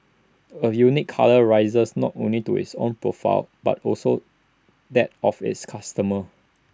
A unique colour raises not only to its own profile but also that of its customers